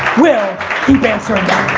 we'll keep answering them.